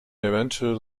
eventually